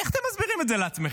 איך אתם מסבירים את זה לעצמכם?